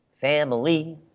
family